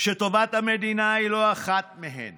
שטובת המדינה היא לא אחת מהן